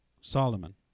Solomon